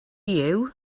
you